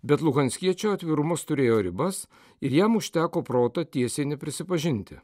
bet luhanskiečio atvirumas turėjo ribas ir jam užteko proto tiesiai neprisipažinti